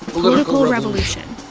political revolution.